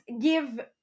give